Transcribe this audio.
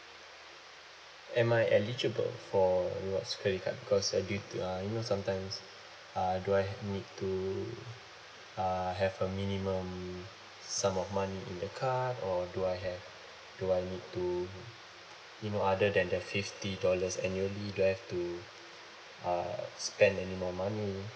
am I eligible for rewards credit card because uh due to uh you know sometimes uh do I need to uh have a minimum sum of money in the card or do I have do I need to you know other than the fifty dollars annually do I have to uh spend any more money